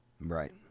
Right